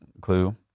clue